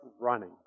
running